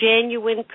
genuine